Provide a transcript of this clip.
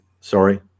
sorry